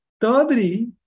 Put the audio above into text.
Thirdly